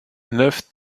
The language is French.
neuf